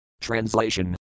Translation